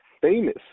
famous